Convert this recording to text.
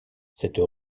cette